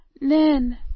Nin